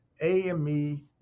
AME